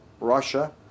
Russia